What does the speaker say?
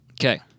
Okay